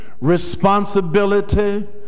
responsibility